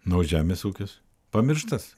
nu o žemės ūkis pamirštas